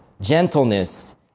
gentleness